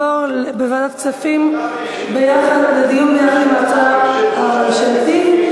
לוועדת הכספים לדיון יחד עם ההצעה הממשלתית.